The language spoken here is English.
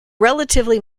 relatively